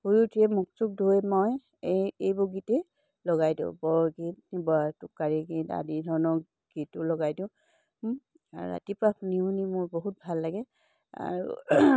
শুই উঠিয়ে মুখ চুখ ধুই মই এই এইবোৰ গীতেই লগাই দিওঁ বৰগীত বা টোকাৰী গীত আদি ধৰণৰ গীতো লগাই দিওঁ আৰু ৰাতিপুৱা শুনি শুনি মোৰ বহুত ভাল লাগে আৰু